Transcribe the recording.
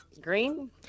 Green